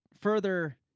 further